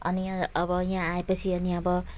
अनि यहाँ अब यहाँ आएपछि अनि अब